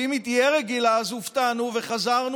ואם היא תהיה רגילה אז הופתענו וחזרנו